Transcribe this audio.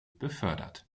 befördert